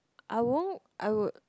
I won't I would